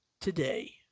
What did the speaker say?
today